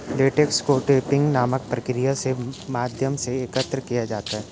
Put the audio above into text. latex को tapping नामक प्रक्रिया के माध्यम से एकत्र किया जाता है